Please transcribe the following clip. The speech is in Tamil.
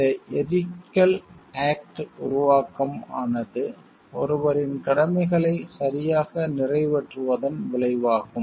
இந்த எதிக்கல் ஆக்ட் உருவாக்கம் ஆனது ஒருவரின் கடமைகளை சரியாக நிறைவேற்றுவதன் விளைவாகும்